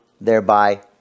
thereby